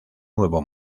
nuevo